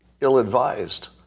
ill-advised